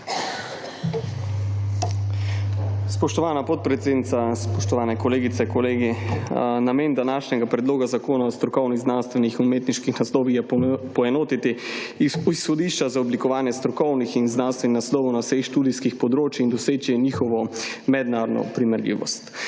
Spoštovana podpredsednica, spoštovane kolegice, kolegi. Namen današnjega predloga zakona o strokovnih, znanstvenih, umetniških naslovih je poenotiti iz sodišča za oblikovanje strokovnih in znanstvenih naslovov na vseh študijskih področij in doseči njihovo mednarodno primerljivost.